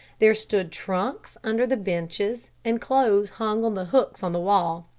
there stood trunks under the benches and clothes hung on the hooks on the wall.